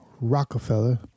Rockefeller